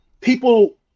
people